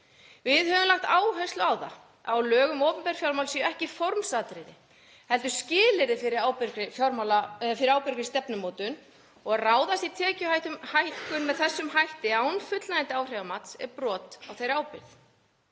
Við höfum lagt áherslu á það að lög um opinber fjármál séu ekki formsatriði heldur skilyrði fyrir ábyrgri stefnumótun og að ráðast í tekjuhækkun með þessum hætti án fullnægjandi áhrifamats er brot á þeirri ábyrgð.